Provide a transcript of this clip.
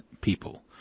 people